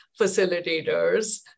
facilitators